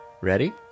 Ready